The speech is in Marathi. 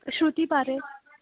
श्रृती पारे